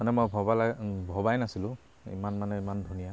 মানে মই ভবা লাগ ভবাই নাছিলো ইমান মানে ইমান ধুনীয়া